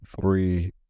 three